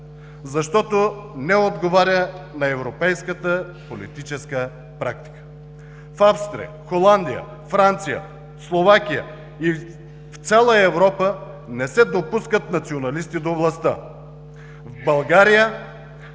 защото не отговаря на европейската политическа практика. В Австрия, Холандия, Франция, Словакия, в цяла Европа не се допускат националисти до властта. В България